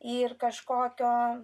ir kažkokio